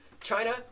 China